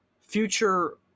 Future